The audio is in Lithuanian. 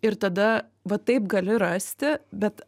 ir tada va taip gali rasti bet